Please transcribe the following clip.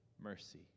mercy